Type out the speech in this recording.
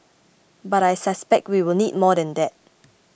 but I suspect we will need more than that